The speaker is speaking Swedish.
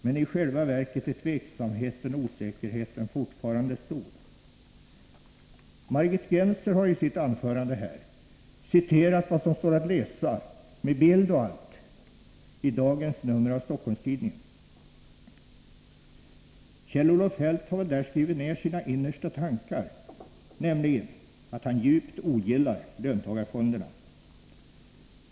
Men i själva verket är tveksamheten och osäkerheten fortfarande stor.” Margit Gennser har i sitt anförande här citerat vad som står att läsa, med bild och allt, i dagens nummer av Stockholms-Tidningen. Kjell-Olof Feldt har väl där skrivit ner sina innersta tankar, nämligen att han djupt ogillar löntagarfonderna.